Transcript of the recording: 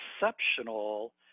exceptional